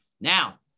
Now